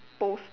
post